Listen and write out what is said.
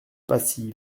pacy